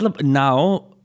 now